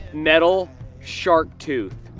metal shark tooth.